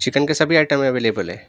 chicken کے سبھی item available ہیں